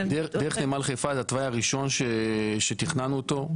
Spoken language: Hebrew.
דרך נמל חיפה זה התוואי הראשון שתכננו אותו,